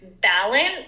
balance